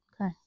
Okay